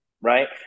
Right